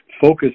focus